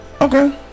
Okay